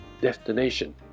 destination